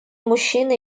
мужчины